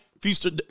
future